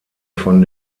von